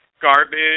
garbage